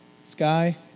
sky